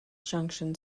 junction